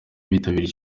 bitabiriye